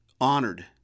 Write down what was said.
honored